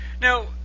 Now